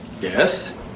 Yes